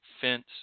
fence